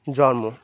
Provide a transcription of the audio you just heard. জন্ম